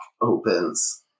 opens